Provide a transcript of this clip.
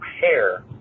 hair